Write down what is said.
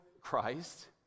Christ